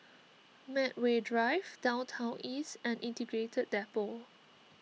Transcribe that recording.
Medway Drive Downtown East and Integrated Depot